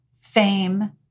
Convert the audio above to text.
Fame